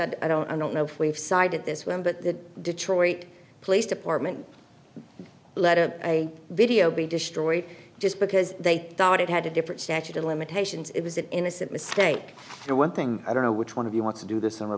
case i don't i don't know if we've cited this one but the detroit police department letter a video be destroyed just because they thought it had a different statute of limitations it was an innocent mistake the one thing i don't know which one of you want to do this summer